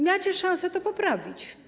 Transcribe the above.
Macie szansę to poprawić.